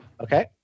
Okay